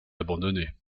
abandonnée